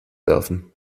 rauswerfen